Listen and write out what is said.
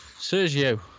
Sergio